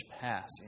pass